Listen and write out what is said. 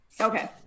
Okay